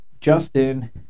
Justin